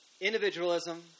Individualism